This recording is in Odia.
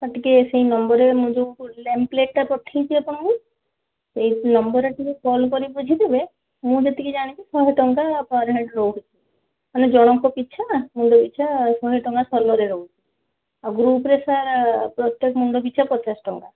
ସାର୍ ଟିକେ ସେହି ନମ୍ବରରେ ମୁଁ ଯେଉଁ ନେମପ୍ଲେଟଟା ପଠାଇଛି ଆପଣଙ୍କୁ ସେହି ନମ୍ବରରେ ଟିକେ କଲ୍ କରିକି ବୁଝିଦେବେ ମୁଁ ଯେତିକି ଜାଣିଛି ଶହେଟଙ୍କା ପର୍ ହେଡ଼୍ ରହୁଛି ମାନେ ଜଣଙ୍କ ପିଛା ମୁଣ୍ଡ ପିଛା ଶହେଟଙ୍କା ସୋଲୋରେ ରହୁଛି ଆଉ ଗ୍ରୁପରେ ସାର୍ ପ୍ରତ୍ୟକ ମୁଣ୍ଡ ପିଛା ପଚାଶ ଟଙ୍କା